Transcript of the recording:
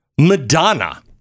Madonna